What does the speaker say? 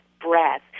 breath